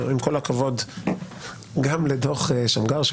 עם כל הכבוד גם לדוח שמגר,